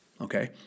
okay